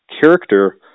character